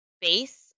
base